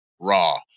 Raw